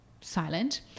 silent